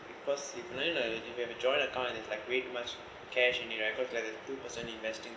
because you can really like if you have a joint account and it's like really much cash and you like cause like there's two person investing